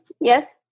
yes